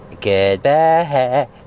Goodbye